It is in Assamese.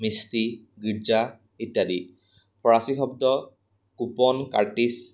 মিস্তি গীৰ্জা ইত্যাদি ফৰাচী শব্দ কুপন কাৰ্টিজ